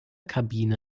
kabine